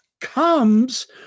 comes